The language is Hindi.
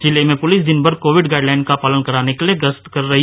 जिले में पुलिस दिनभर कोविड गाइडलाइन का पालन कराने के लिए गश्त करती रही